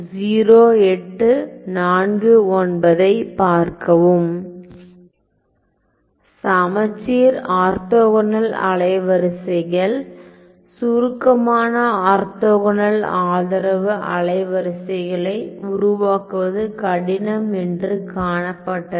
சமச்சீர் ஆர்த்தோகனல் அலைவரிசைகள் சுருக்கமான ஆர்த்தோகனல் ஆதரவு அலைவரிசைகளை உருவாக்குவது கடினம் என்று காணப்பட்டது